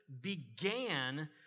began